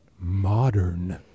modern